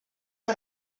que